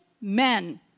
men